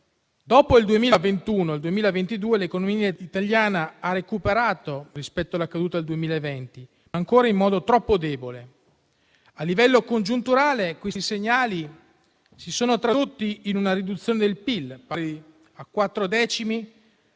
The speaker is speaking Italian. Dopo il 2021 e il 2022 l'economia italiana ha recuperato rispetto alla caduta del 2020, ma ancora in modo troppo debole. A livello congiunturale questi segnali si sono tradotti in una riduzione del PIL pari a quattro decimi